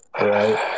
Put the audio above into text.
right